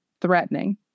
threatening